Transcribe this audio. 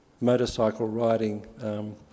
motorcycle-riding